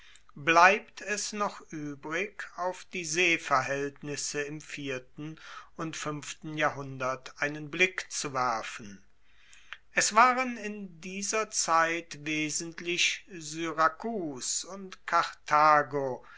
bleibt es noch uebrig auf die seeverhaeltnisse im vierten und fuenften jahrhundert einen blick zu werfen es waren in dieser zeit wesentlich syrakus und karthago